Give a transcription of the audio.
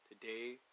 today